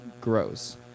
grows